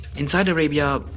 inside arabia,